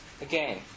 again